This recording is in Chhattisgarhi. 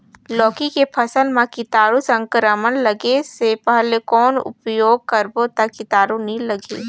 लौकी के फसल मां कीटाणु संक्रमण लगे से पहले कौन उपाय करबो ता कीटाणु नी लगही?